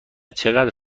چقدر